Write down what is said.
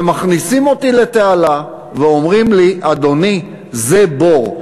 ומכניסים אותי לתעלה ואומרים לי: אדוני, זה בור.